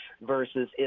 versus